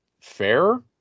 fair